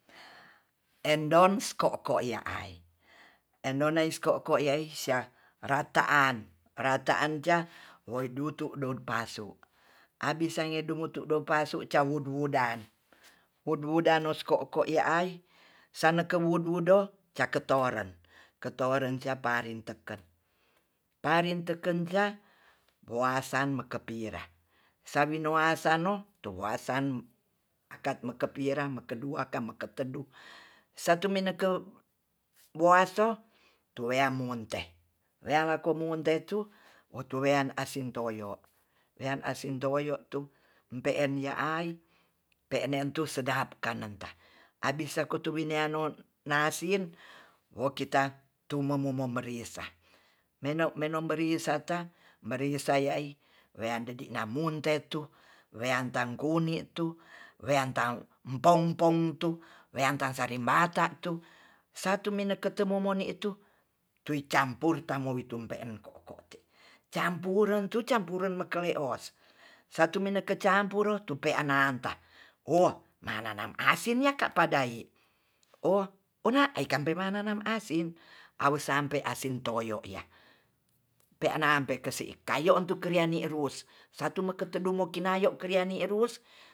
Endon ko'ko ya ai endoi neis ko'ko yei sia rata'an-rata'an ca woidutu son pasu abis sangedu mutu do pasu caududan wududan nos ko'ko ya ai saneke wuwudo caketoren ketoren caparin teken parin teken sya boasan makepireh sawinoasano toasan akat meke pinam meke dua ka meke tedu satu mineke woaso tuwea munte realako mumtetu otowean asin toyo weyan asin toyo tu pe'en ya ai pe'ne tu sedap kanenta abis sakutu weanon nasin wo kita tumomu merisa menem berisata berisaya i wean dedi namunte tu weantan kuni tu weantan pong-pong tu weanta salimbata tu satu minekete momoni tu tui campur tamu witu pe'en ko'kote campuren tu campuren meka leos satu mineke campur tu peananta wo mananam asin yaka padai o ona aikan mananam asin awes sampe asin toyo ya pena pe kesi kayo tu kriani ruos satu meke tedu moikinayo kreani rus